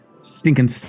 stinking